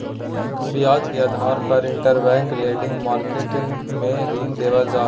ब्याज के आधार पर इंटरबैंक लेंडिंग मार्केट मे ऋण देवल जा हय